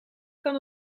kan